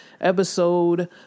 episode